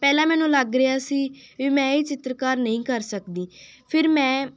ਪਹਿਲਾਂ ਮੈਨੂੰ ਲੱਗ ਰਿਹਾ ਸੀ ਵੀ ਮੈਂ ਇਹ ਚਿੱਤਰਕਾਰ ਨਹੀਂ ਕਰ ਸਕਦੀ ਫਿਰ ਮੈਂ